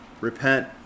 repent